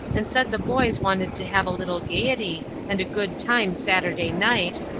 and said the boys wanted to have a little gaiety and a good time saturday night,